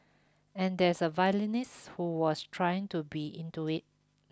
and there is a violinist who was trying to be into it